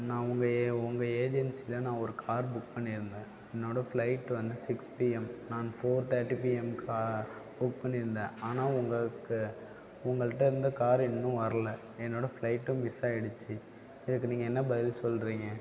நான் உங்கள் உங்கள் ஏஜென்சியில் நான் ஒரு கார் புக் பண்ணியிருந்தேன் என்னோட ஃபிளைட் வந்து சிக்ஸ் பிஎம் நான் ஃபோர் தேட்டீ பிஎம் கார் புக் பண்ணியிருந்தேன் ஆனால் உங்களுக்கு உங்கள்கிட்டேந்து கார் இன்னும் வரல என்னோடய ஃப்ளைட்டும் மிஸ் ஆகிடுச்சி இதுக்கு நீங்கள் என்ன பதில் சொல்கிறீங்க